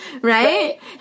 Right